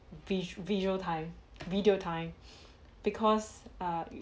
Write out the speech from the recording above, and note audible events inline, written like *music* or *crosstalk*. vis~ visual time video time *breath* because err